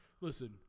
listen